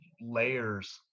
layers